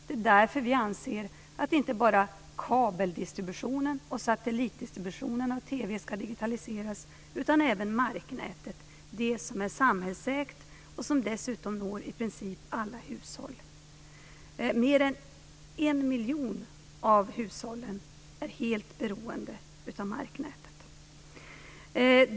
Det är därför vi anser att inte bara kabeldistributionen och satellitdistributionen av TV ska digitaliseras utan även marknätet - det som är samhällsägt, och som dessutom når i princip alla hushåll. Mer än en miljon av hushållen är helt beroende av marknätet.